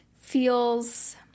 feels